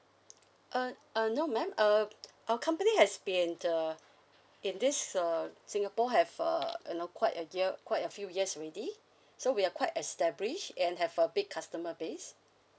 uh uh no madam uh our company has been uh in this uh singapore have uh you know quite a year quite a few years already so we are quite established and have a big customer base